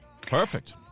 perfect